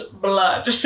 blood